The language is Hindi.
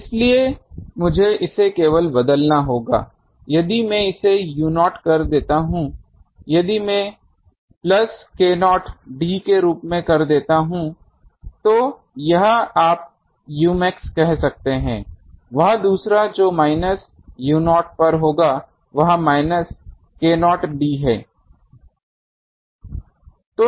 इसलिए मुझे इसे केवल बदलना होगा यदि मैं इसे u0 कर देता हूं यदि मैं प्लस k0 d के रूप में कर देता हूं तो यह आप umax कह सकते हैं वह दूसरा जो माइनस u0 पर होगा वह माइनस k0 d है